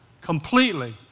completely